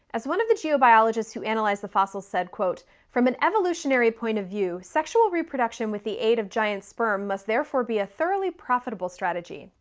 as one of the geobiologists who analyzed the fossils said, from an evolutionary point of view, sexual reproduction with the aid of giant sperm must therefore be a thoroughly profitable strategy.